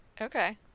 Okay